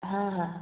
हां हां